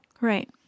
Right